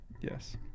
Yes